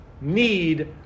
need